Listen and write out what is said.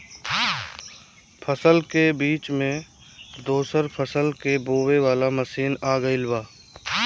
फसल के बीच मे दोसर फसल के बोवे वाला मसीन आ गईल बा